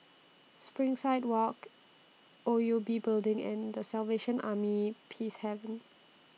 Springside Walk O U B Building and The Salvation Army Peacehaven